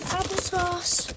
applesauce